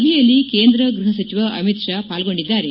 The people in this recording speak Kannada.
ಸಭೆಯಲ್ಲಿ ಕೇಂದ್ರ ಗೃಹ ಸಚಿವ ಅಮಿತ್ ಶಾ ಪಾಲ್ಗೊಂಡಿದ್ದಾರೆ